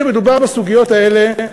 כשמדובר בסוגיות האלה,